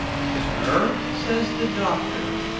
sir? says the doctor.